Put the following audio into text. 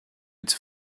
its